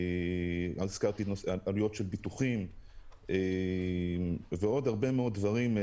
עלויות של ביטוחים ועוד הרבה דברים,